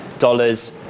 dollars